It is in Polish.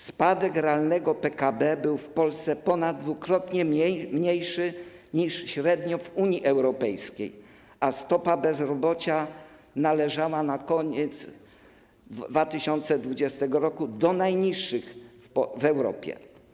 Spadek realnego PKB był w Polsce ponaddwukrotnie mniejszy niż średnio w Unii Europejskiej, a stopa bezrobocia należała na koniec 2020 r. do najniższych w Europie.